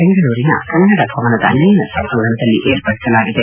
ಬೆಂಗಳೂರಿನ ಕನ್ನಡ ಭವನದ ನಯನ ಸಭಾಂಗಣದಲ್ಲಿ ವಿರ್ಪಡಿಸಲಾಗಿದೆ